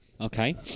Okay